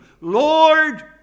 Lord